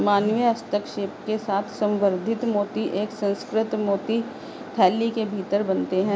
मानवीय हस्तक्षेप के साथ संवर्धित मोती एक सुसंस्कृत मोती थैली के भीतर बनते हैं